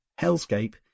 hellscape